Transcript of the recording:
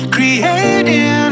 Creating